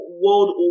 world